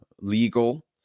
legal